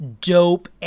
dope